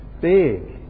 big